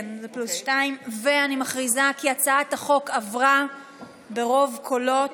אני מכריזה שהצעת החוק עברה ברוב קולות.